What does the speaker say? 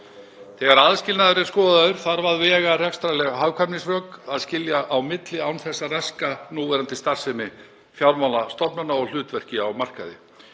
Þegar aðskilnaður er skoðaður þarf að vega rekstrarleg hagkvæmnisrök, skilja á milli án þess að raska núverandi starfsemi fjármálastofnana og hlutverki á markaði.